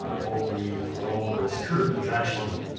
what we hold as truth, is actually